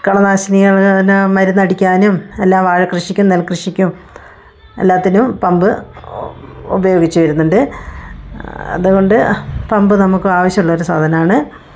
കളനാശിനികളിന് മരുന്നടിക്കാനും എല്ലാം വാഴകൃഷിക്കും നെൽകൃഷിക്കും എല്ലാത്തിനും പമ്പ് ഉപയോഗിച്ച് വരുന്നുണ്ട് അതുകൊണ്ട് പമ്പ് നമുക്ക് ആവശ്യം ഉള്ളൊരു സാധനമാണ്